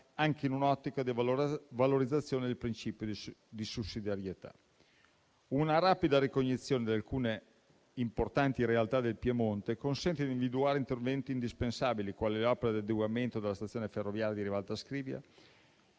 anche in un'ottica di valorizzazione del principio di sussidiarietà. Una rapida ricognizione di alcune importanti realtà del Piemonte consente di individuare interventi indispensabili, quali le opere di adeguamento della stazione ferroviaria di Rivalta Scrivia,